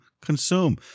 consume